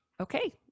okay